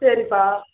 சரிப்பா